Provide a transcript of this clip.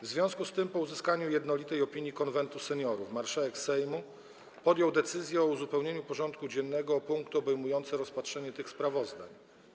W związku z tym, po uzyskaniu jednolitej opinii Konwentu Seniorów, marszałek Sejmu podjął decyzję o uzupełnieniu porządku dziennego o punkty obejmujące rozpatrzenie tych sprawozdań.